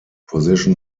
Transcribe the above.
position